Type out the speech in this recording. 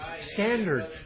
standard